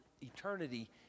eternity